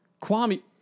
Kwame